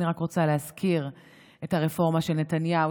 אני רק רוצה להזכיר את הרפורמה של נתניהו,